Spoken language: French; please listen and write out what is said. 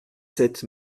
sept